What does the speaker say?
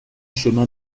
chemin